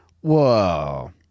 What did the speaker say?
Whoa